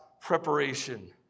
preparation